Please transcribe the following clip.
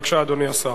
בבקשה, אדוני השר.